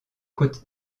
côte